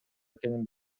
экенин